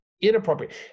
inappropriate